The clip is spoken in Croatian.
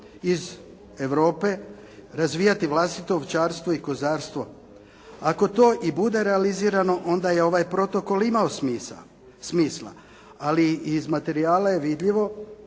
iz Europe, razvijati vlastito ovčarstvo i kozarstvo? Ako to i bude realizirano onda je ovaj protokol imao smisla, ali iz materijala je vidljivo